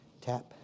Tap